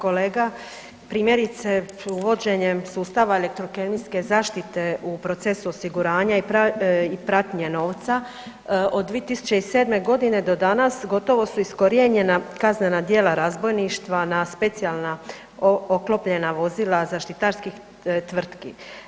Kolega, primjerice uvođenjem sustava elektrokemijske zaštite u procesu osiguranja i pratnje novca od 2007.g. do danas gotovo su iskorijenjena kaznena djela razbojništva na specijalna oklopljena vozila zaštitarskih tvrtki.